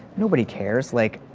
nobody cares. like,